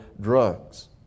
drugs